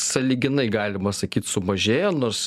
sąlyginai galima sakyt sumažėjo nors